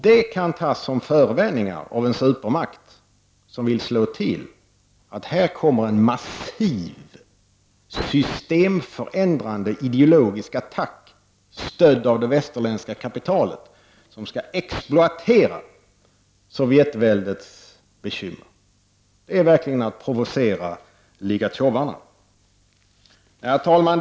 Det kan tas som förevändning för en supermakt som vill slå till att det kommer en massiv systemförändrande, ideologisk attack stödd av det västerländska kapitalet som skall exploatera Sovjetväldets bekymmer. Det är verkligen att provocera Ligatjovarna. Herr talman!